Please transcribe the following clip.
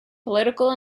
political